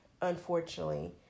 unfortunately